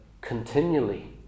continually